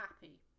happy